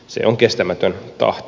se on kestämätön tahti